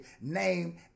name